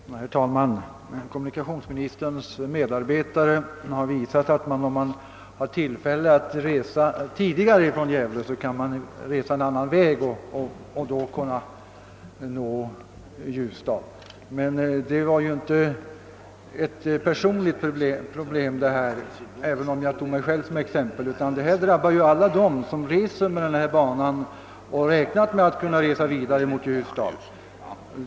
Herr talman! Kommunikationsministerns medarbetare har visat, att om man har tillfälle att resa tidigare från Gävle kan man resa en annan väg och då nå Ljusdal. Emellertid var det inte ett personligt problem det gällde här, även om jag tog mig själv som exempel, utan detta drabbar alla dem som reser på denna bana och som räknat med att kunna resa vidare mot Ljusdal.